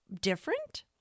different